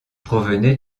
provenait